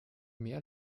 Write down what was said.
mehr